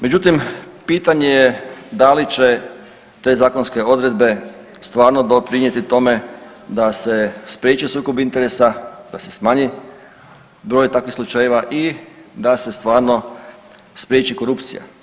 Međutim, pitanje je da li će te zakonske odredbe stvarno doprinijeti tome da se spriječi sukob interesa, da se smanji takav broj slučajeva i da se stvarno spriječi korupcije.